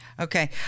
Okay